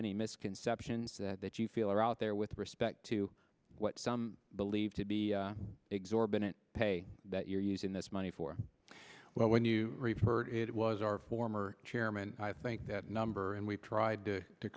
any misconceptions that you feel are out there with respect to what some believe to be exorbitant pay that you're using this money for well when you refer it was our former chairman i think the number and we've tried to